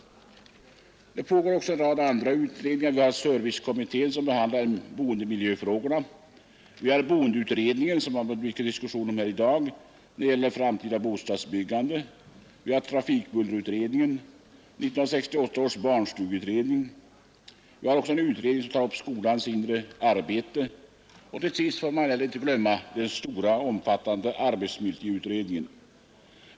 Det pågår också en rad andra utredningar på hithörande områden. Servicekommittén behandlar boendemiljöfrågor. Boendeutredningen, som det varit mycken diskussion om här i dag, utreder det framtida bostadsbyggandet. Andra utredningar är trafikbullerutredningen och 1968 års barnstugeutredning. En utredning tar upp skolans inre arbete. Och till sist får vi inte glömma den stora arbetsmiljöutred ningen.